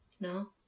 No